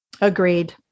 Agreed